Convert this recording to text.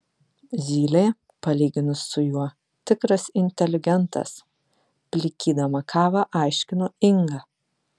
zylė palyginus su juo tikras inteligentas plikydama kavą aiškino inga